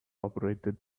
operated